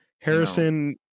Harrison